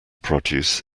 produce